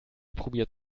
probiert